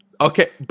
okay